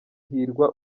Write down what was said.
hirwa